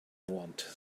want